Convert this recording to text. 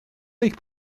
eich